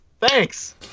thanks